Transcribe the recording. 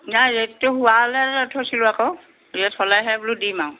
নাই ৰে'টটো হোৱালৈ থৈছিলোঁ আকৌ ৰে'ট হ'লেহে বোলো দিম আৰু